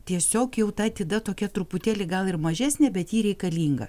tiesiog jau ta atida tokia truputėlį gal ir mažesnė bet ji reikalinga